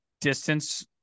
distance